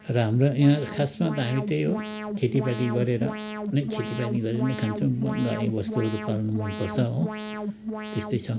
र हाम्रो यहाँ खासमा त हामी त्यही हो खेतीपाती गरेर नै खेतीपाती गरेर नै खान्छौँ गाईवस्तुहरू पाल्नु मन पर्छ हो त्यस्तै छ